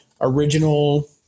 original